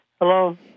Hello